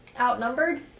outnumbered